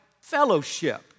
fellowship